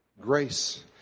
grace